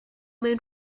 mewn